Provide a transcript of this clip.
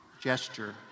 gesture